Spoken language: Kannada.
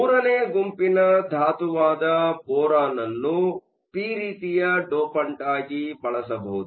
3 ನೇ ಗುಂಪಿನ ಧಾತುವಾದ ಬೋರಾನ್ ಅನ್ನು ಪಿ ರೀತಿಯ ಡೋಪಂಟ್ ಆಗಿ ಬಳಸಬಹುದು